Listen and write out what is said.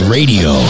Radio